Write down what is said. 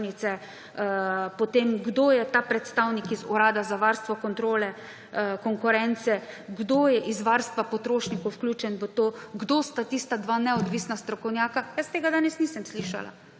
potem kdo je ta predstavnik iz Urada za varstvo konkurence, kdo je iz varstva potrošnikov vključen v to, kdo sta tista dva neodvisna strokovnjaka. Jaz tega danes nisem slišala,